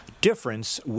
difference